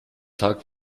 tag